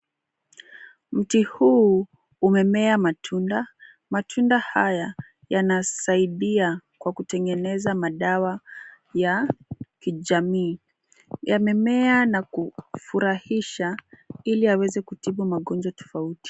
Mti huu umemea matunda, matunda haya yanasaidia kwa kutengeneza madawa ya kijamii. Yamemea na kufurahisha ili yaweze kutibu magonjwa tofauti.